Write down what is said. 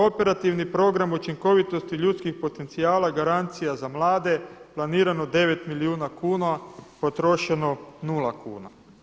Operativni program učinkovitosti ljudskih potencijala Garancija za mlade planirano 9 milijuna kuna, potrošeno nula kuna.